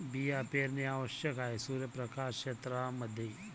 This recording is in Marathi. बिया पेरणे आवश्यक आहे सूर्यप्रकाश क्षेत्रां मध्ये